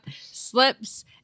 slips